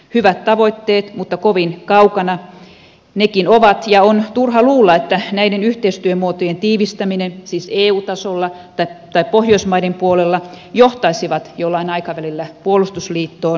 hyvät tavoitteet mutta kovin kaukana nekin ovat ja on turha luulla että näiden yhteistyömuotojen tiivistäminen siis eu tasolla tai pohjoismaiden puolella johtaisivat jollain aikavälillä puolustusliittoon